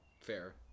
Fair